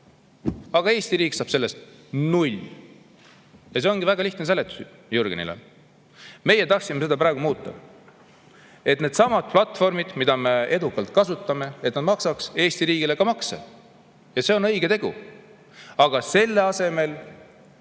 aga Eesti riik saab sellest null eurot. Ja see ongi väga lihtne seletus Jürgenile. Meie tahtsime seda muuta, et needsamad platvormid, mida me edukalt kasutame, maksaksid Eesti riigile makse. See on õige tegu. Aga selle asemel